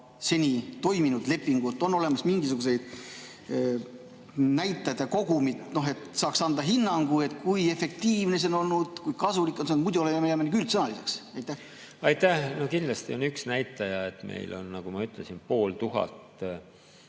seni toiminud lepingut? On olemas mingisuguseid näitajaid või kogumit, et saaks anda hinnangu, kui efektiivne see on olnud, kui kasulik see on olnud? Muidu me jääme nagu üldsõnaliseks. Aitäh! Kindlasti on üks näitaja see, et meil on, nagu ma ütlesin, pool tuhat